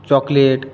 chocolate